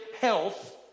health